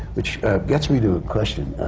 which gets me to a question,